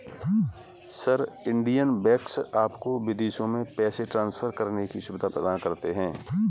sir, Indian banks आपको विदेशों में पैसे ट्रान्सफर करने की सुविधा प्रदान करते हैं